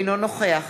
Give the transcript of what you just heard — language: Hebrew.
אינו נוכח